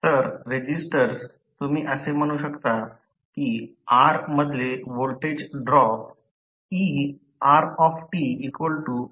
तर रेझिस्टर्स तुम्ही असे म्हणू शकता की R मधले व्होल्टेज ड्रॉप eRtitR आहे